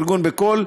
ארגון "בקול",